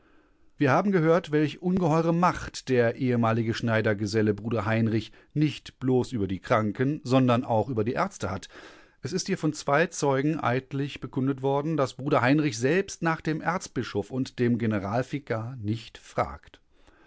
wir haben gehört welch ungeheure macht der ehemalige schneidergeselle bruder heinrich nicht bloß über die kranken sondern auch über die ärzte hat es ist hier von zwei zeugen eidlich bekundet worden daß bruder heinrich selbst nach dem erzbischof und dem generalvikar nicht fragt